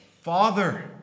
Father